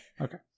Okay